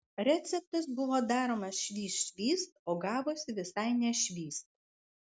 receptas buvo daromas švyst švyst o gavosi visai ne švyst